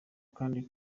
kandi